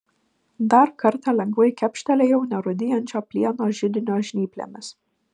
dar kartą lengvai kepštelėjau nerūdijančio plieno židinio žnyplėmis